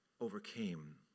overcame